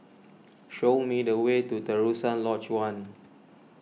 show me the way to Terusan Lodge one